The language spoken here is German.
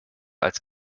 als